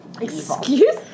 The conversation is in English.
Excuse